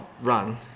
run